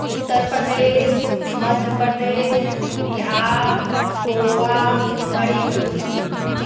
Uttar Pradesh Madhya Pradesh Bihar Goa Manipur